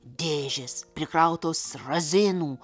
dėžės prikrautos razinų